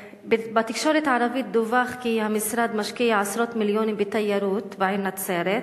בתקשורת הערבית דווח כי המשרד משקיע עשרות מיליונים בתיירות בעיר נצרת,